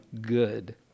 good